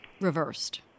reversed